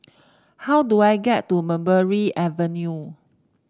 how do I get to Mulberry Avenue